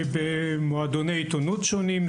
במועדוני עיתונות שונים,